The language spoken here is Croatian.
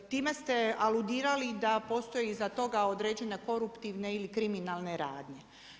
Time ste aludirali da postoji iza toga određene koruptivne ili kriminalne radnje.